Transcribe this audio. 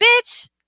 bitch